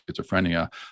schizophrenia